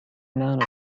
none